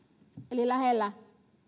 eli lähellä